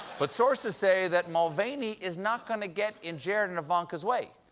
but sources say that mulvaney is not going to get in jared and ivanka's way.